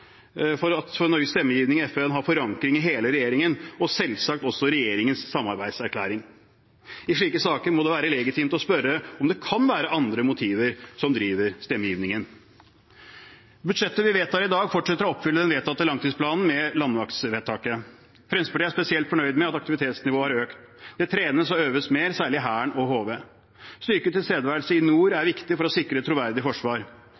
helt avgjørende at Norges stemmegivning i FN har forankring i hele regjeringen – og selvsagt også i regjeringens samarbeidserklæring. I slike saker må det være legitimt å spørre om det kan være andre motiver som driver stemmegivningen. Budsjettet vi vedtar i dag, fortsetter å oppfylle den vedtatte langtidsplanen med landaksevedtaket. Fremskrittspartiet er spesielt fornøyd med at aktivitetsnivået har økt. Det trenes og øves mer, særlig i Hæren og HV. Styrket tilstedeværelse i nord er viktig for å sikre et troverdig forsvar.